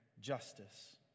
justice